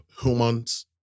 humans